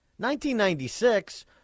1996